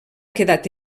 quedat